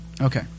Okay